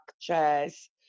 chairs